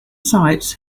sites